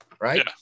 Right